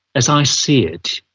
as i see it,